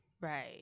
Right